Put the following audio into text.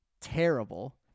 terrible